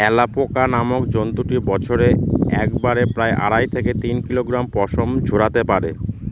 alpaca নামক জন্তুটি বছরে একবারে প্রায় আড়াই থেকে তিন কিলোগ্রাম পশম ঝোরাতে পারে